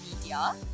media